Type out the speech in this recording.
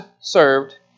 served